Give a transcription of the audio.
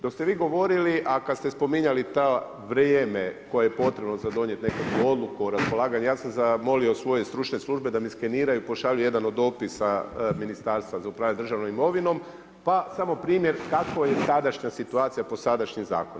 Dok ste vi govorili, a kad ste spominjali to vrijeme, koje je potrebno za donijeti nekakvu odluku o raspolaganju, ja sam zamolio svoje stručne službe, da mi skeniraju i pošalju jedan od dopisa ministarstva za upravljanje državnom imovinom, pa samo primjer, kako je tadašnja situacija po sadašnji zakon.